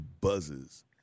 buzzes